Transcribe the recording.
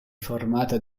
formata